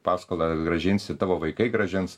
paskolą grąžinsi tavo vaikai grąžins